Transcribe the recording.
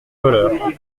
voleur